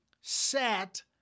set